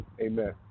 Amen